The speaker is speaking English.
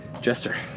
Jester